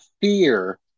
fear